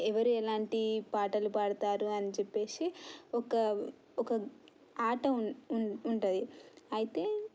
ఎవరు ఎలాంటి పాటలు పాడతారు అని చెప్పేసి ఒక ఒక ఆట ఉంటుంది అయితే